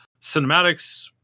cinematics